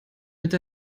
mit